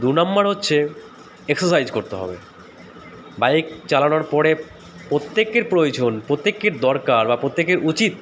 দু নম্বর হচ্ছে এক্সারসাইজ করতে হবে বাইক চালানোর পরে প্রত্যেকের প্রয়োজন প্রত্যেকের দরকার বা প্রত্যেকের উচিৎ